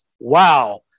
Wow